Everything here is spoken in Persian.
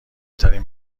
ترین